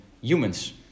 humans